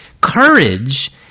Courage